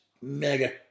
mega